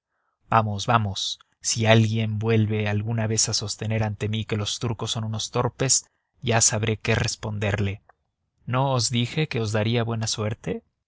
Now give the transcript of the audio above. vamos vamos si alguien vuelve alguna vez a sostener ante mí que los turcos son unos torpes ya sabré qué responderle no os dije que os daría buena suerte